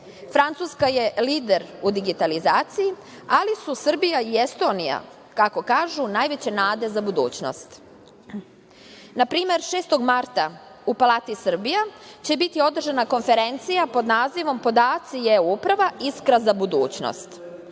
centre. Francuska je lider u digitalizaciji, ali su Srbija i Estonija, kako kažu, najveće nade za budućnost. Na primer, 6. marta u Palati Srbija će biti održana konferencija pod nazivom „Podaci i e-Uprava: Iskra za budućnost“.